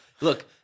look